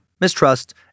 mistrust